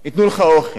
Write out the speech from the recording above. איפה המדינה פה?